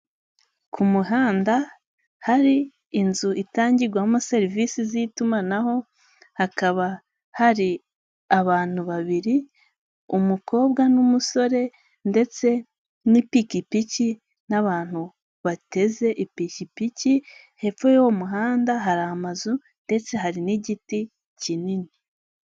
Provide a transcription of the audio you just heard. Ku muhanda hari inzu itangirwamo serivisi z'itumanaho, hakaba hari abantu babiri, umukobwa n'umusore ndetse n'ipikipiki n'abantu bateze ipikipiki, hepfo y'uwo muhanda hari amazu ndetse hari n'igiti kinini.